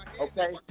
okay